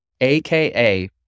aka